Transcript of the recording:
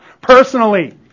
personally